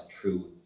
true